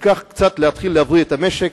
וכך קצת להבריא את המשק,